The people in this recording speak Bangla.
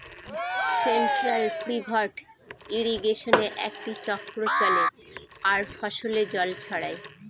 সেন্ট্রাল পিভট ইর্রিগেশনে একটি চক্র চলে আর ফসলে জল ছড়ায়